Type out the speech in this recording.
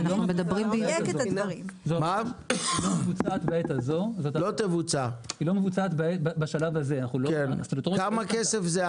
בדרך הזאת של 20 שנה קרו הרבה דברים לא רק תכנון כמו שדיברנו על